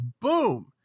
Boom